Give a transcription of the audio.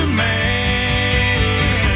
man